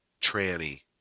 tranny